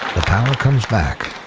the power comes back